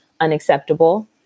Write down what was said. unacceptable